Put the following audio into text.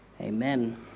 Amen